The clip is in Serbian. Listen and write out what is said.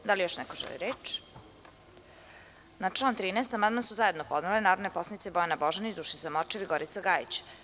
Da li još neko želi reč? (Ne.) Na član 13. amandman su zajedno podnele narodne poslanice Bojana Božanić, Dušica Morčev i Gorica Gajić.